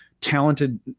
talented